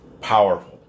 powerful